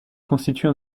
constituent